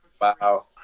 Wow